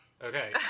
Okay